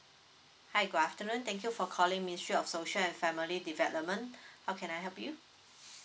hi good afternoon thank you for calling ministry of social at family development how can I help you